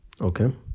Okay